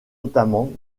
notamment